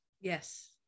Yes